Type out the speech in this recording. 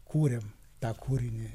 kūrėm tą kūrinį